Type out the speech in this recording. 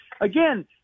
again